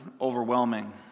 overwhelming